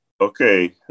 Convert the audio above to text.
okay